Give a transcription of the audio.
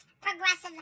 progressive